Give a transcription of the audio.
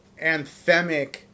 anthemic